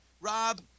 Rob